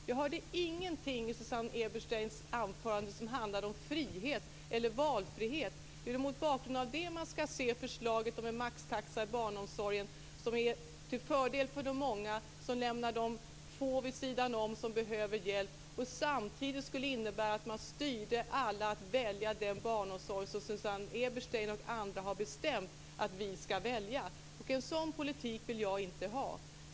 Jag hörde ingenting i Susanne Är det mot bakgrund av detta som man skall se förslaget om en maxtaxa i barnomsorgen som är till fördel för de många, men som lämnar de få vid sidan om som behöver hjälp, samtidigt som det skulle innebära att man styrde alla att välja den barnomsorg som Susanne Eberstein och andra bestämt att vi skall välja? En sådan politik vill jag inte ha.